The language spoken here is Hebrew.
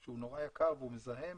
סולר נורא יקר, מזהם